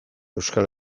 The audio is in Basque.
euskal